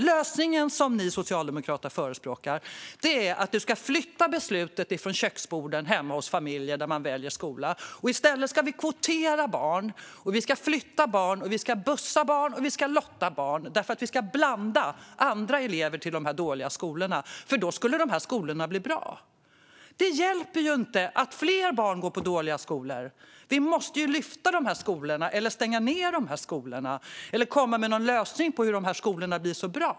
Lösningen som ni socialdemokrater förespråkar är att flytta beslutet från köksborden hemma hos familjer där man väljer skola. I stället ska vi kvotera barn, flytta barn, bussa barn och lotta barn för att blanda in andra elever i dessa dåliga skolor, för då skulle de skolorna bli bra. Det hjälper ju inte att fler barn går i dåliga skolor. Vi måste lyfta de här skolorna eller stänga dem eller komma med en lösning på hur de ska bli bra.